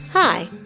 Hi